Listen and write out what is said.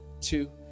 two